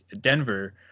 Denver